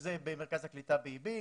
שזה במרכז הקליטה בעיבים,